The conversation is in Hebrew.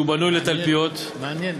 שהוא בנוי לתלפיות, מעניין.